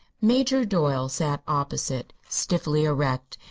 major doyle sat opposite, stiffly erect,